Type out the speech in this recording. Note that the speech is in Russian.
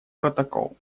протокол